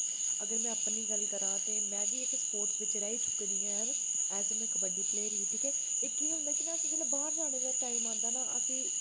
अगर में अपनी गल्ला करां ते में बी इक स्पोर्टस बिच रेही चुकी दी हां ऐज में कबड्डी प्लेयर ही ठीक ऐ एह् केह् होंदा कि नी अस जिसलै बाहर जाने दा टाइम आंदा ना असें